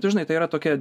ir dažnai tai yra tokia